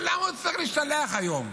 למה הוא צריך להשתלח היום?